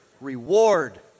Reward